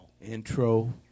Intro